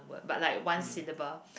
but like one syllable